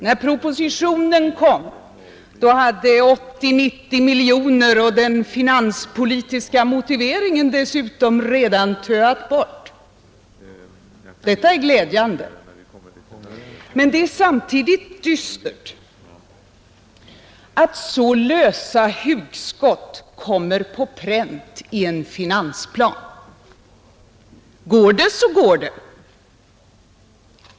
När propositionen kom hade 80—90 miljoner och dessutom den finanspolitiska motiveringen redan töat bort. Detta är glädjande. Men det är samtidigt dystert att så lösa hugskott kommer på pränt i en finansplan. Går det, så går det.